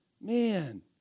Man